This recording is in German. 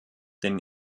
den